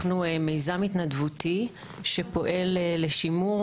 אנחנו מיזם התנדבותי שפועל לשימור,